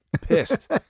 pissed